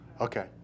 okay